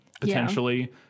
potentially